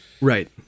Right